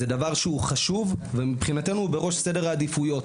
זה דבר חשוב, ומבחינתנו הוא בראש סדר העדיפויות.